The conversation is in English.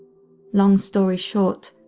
long story short,